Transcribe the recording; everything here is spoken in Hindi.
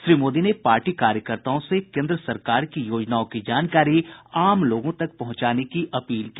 श्री मोदी ने पार्टी कार्यकर्ताओं से केन्द्र सरकार की योजनाओं की जानकारी आम लोगों तक पहुंचाने का आहवान किया